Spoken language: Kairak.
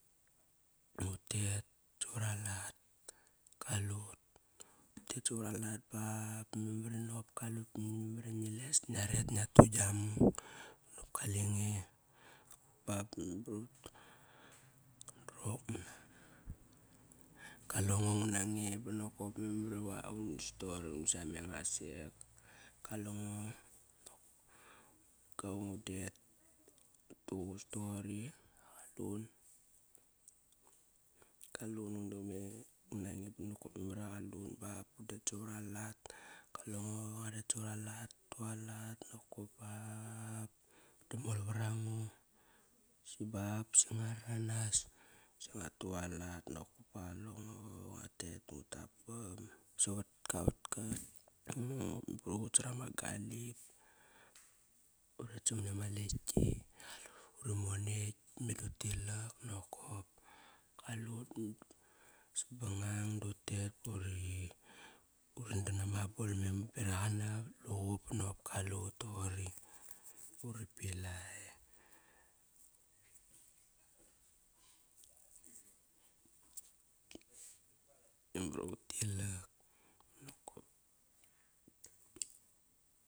Utet savaralat, kalut, utet savar alat ba ba memar nop kalut, memar ingi les, ngia ret ngia tu gia mung Nokop kalenge ba ba undrok mana kale ngo nguna nge banokop memar iva uni stori, uni sameng asek Kalengo ut tok mana, kop udet, vat tuququs toqori da qalun. Kalun banakop memar iva qalun ba bu undret savar alat. Kalengo, ngua ret savar alat, ngua tualat nakop ba meda mol var ango si ba si ngua raranas si nguat tualat nakop ba qalengo ngua tet ngu tapam savat gaa vatka ngu qut sara ma galip Uret samani ama raleki, qalut uri malet. Meda utilak nokop. Qalut ba ba sabangang dutet duri nadam na ma abol beraq ana vat luqup Nop kalut toqori. Uri pilai, memar iva utilak nokop.